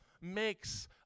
makes